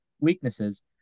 weaknesses